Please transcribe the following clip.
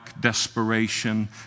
desperation